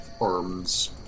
arms